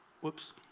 Whoops